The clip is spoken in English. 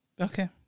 Okay